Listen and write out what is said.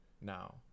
now